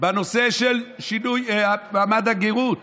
בנושא של שינוי מעמד הגרות